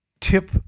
tip